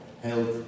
health